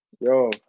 Yo